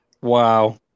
Wow